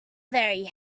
very